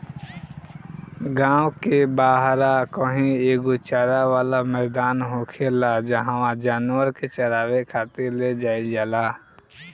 गांव के बाहरा कही एगो चारा वाला मैदान होखेला जाहवा जानवर के चारावे खातिर ले जाईल जाला